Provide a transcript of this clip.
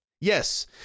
Yes